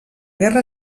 guerra